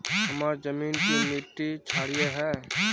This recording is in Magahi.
हमार जमीन की मिट्टी क्षारीय है?